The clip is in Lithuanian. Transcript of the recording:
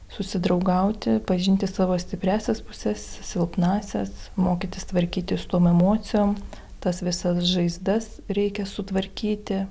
susidraugauti pažinti savo stipriąsias puses silpnąsias mokytis tvarkytis su tom emocijom tas visas žaizdas reikia sutvarkyti